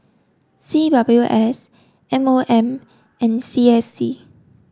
C W S M O M and C S C